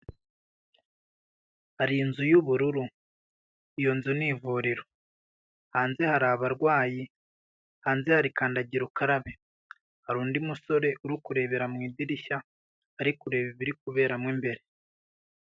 Hari inzu y'ubururu, iyo nzu ni ivuriro, hanze hari abarwayi, hanze hari kandagira ukarabe, hari undi musore uri kurebera mu idirishya ari kureba ibiri kuberamo imbere.